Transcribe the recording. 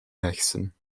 wechseln